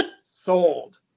sold